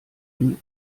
ihn